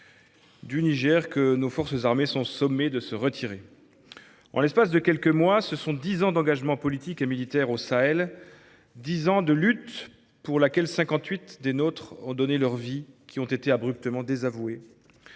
du Niger que nos forces armées sont sommées de se retirer. En l’espace de quelques mois, ce sont dix ans d’engagement politique et militaire au Sahel, dix ans de lutte, pour laquelle 58 des nôtres ont sacrifié leur vie, qui ont été abruptement désavoués.